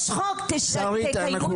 תקיימו